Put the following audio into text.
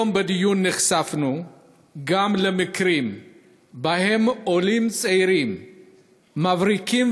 היום בדיון נחשפנו גם למקרים שבהם עולים צעירים מבריקים